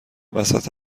وسط